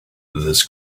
this